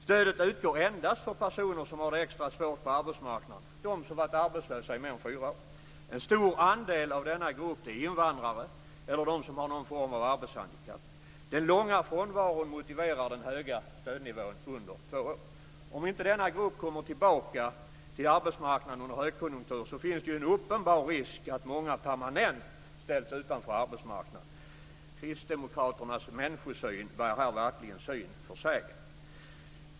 Stödet utgår endast för personer som har det extra svårt på arbetsmarknaden, dvs. de som har varit arbetslösa i mer än fyra år. En stor andel av denna grupp är invandrare eller de som har någon form av arbetshandikapp. Den långa frånvaron motiverar den höga stödnivån under två år. Om inte denna grupp kommer tillbaka till arbetsmarknaden under högkonjunktur finns det en uppenbar risk att många permanent ställs utanför arbetsmarknaden. Kristdemokraternas människosyn bär här verkligen syn för sägen.